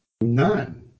none